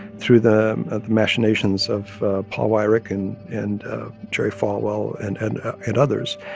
through the machinations of paul weyrich and and jerry falwell and and and others,